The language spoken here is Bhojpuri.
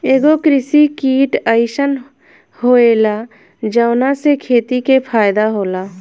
एगो कृषि किट अइसन होएला जवना से खेती के फायदा होला